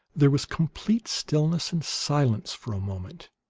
there was complete stillness and silence for a moment,